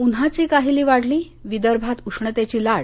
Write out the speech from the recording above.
उन्हाची काहिली वाढली विदर्भात उष्णतेची लाट